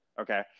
Okay